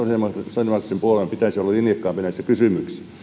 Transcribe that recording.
sosiaalidemokraattisen puolueen pitäisi olla linjakkaampi näissä kysymyksissä